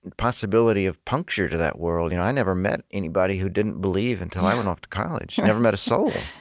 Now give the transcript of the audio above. possibility of puncture to that world. you know i never met anybody who didn't believe, until i went off to college. never met a soul.